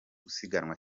gusiganwa